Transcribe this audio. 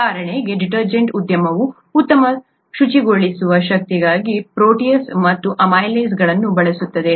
ಉದಾಹರಣೆಗೆ ಡಿಟರ್ಜೆಂಟ್ ಉದ್ಯಮವು ಉತ್ತಮ ಶುಚಿಗೊಳಿಸುವ ಶಕ್ತಿಗಾಗಿ ಪ್ರೋಟಿಯೇಸ್ ಮತ್ತು ಅಮೈಲೇಸ್ಗಳನ್ನು ಬಳಸುತ್ತದೆ